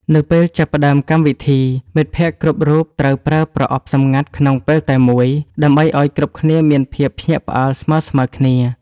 នៅពេលចាប់ផ្ដើមកម្មវិធី មិត្តភក្តិគ្រប់រូបត្រូវបើកប្រអប់សម្ងាត់ក្នុងពេលតែមួយ ដើម្បីឱ្យគ្រប់គ្នាមានភាពភ្ញាក់ផ្អើលស្មើៗគ្នា។